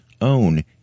own